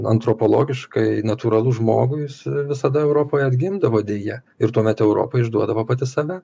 antropologiškai natūralus žmogui jis visada europoje atgimdavo deja ir tuomet europa išduodavo pati save